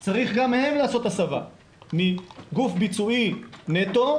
שגם למשרד העבודה והרווחה צריך לעשות הסבה מגוף ביצועי נטו,